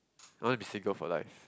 don't want be sake of a life